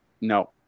no